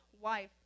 wife